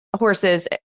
horses